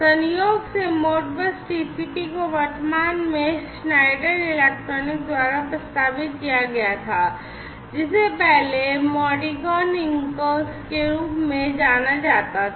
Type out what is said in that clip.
संयोग से Modbus TCP को वर्तमान में श्नाइडर इलेक्ट्रिक द्वारा प्रस्तावित किया गया था जिसे पहले Modicon के रूप में जाना जाता था